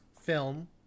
film